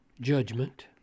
judgment